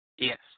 Yes